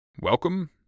Welcome